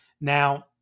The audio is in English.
Now